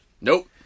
nope